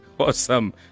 Awesome